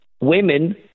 women